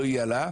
לא תהיה העלאה,